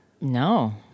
No